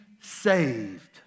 saved